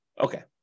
Okay